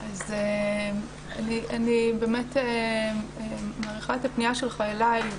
אני באמת מעריכה את הפנייה שלך אלי.